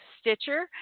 Stitcher